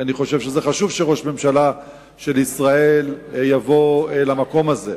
כי אני חושב שחשוב שראש הממשלה של ישראל יבוא למקום הזה.